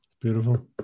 Beautiful